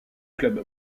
club